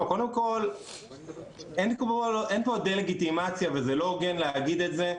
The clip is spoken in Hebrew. קודם כל אין פה דה-לגיטימציה וזה לא הוגן להגיד את זה,